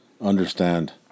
understand